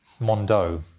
Mondo